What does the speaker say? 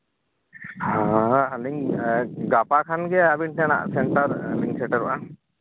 ᱟᱹᱞᱤᱧ ᱜᱟᱯᱟ ᱠᱷᱟᱱᱜᱮ ᱟᱹᱵᱤᱱ ᱴᱷᱮᱱ ᱦᱟᱸᱜ ᱥᱮᱱᱴᱟᱨ ᱞᱤᱧ ᱥᱮᱴᱮᱨᱚᱜᱼᱟ